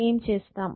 ఏమి చేస్తాం